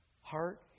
Heart